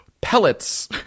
pellets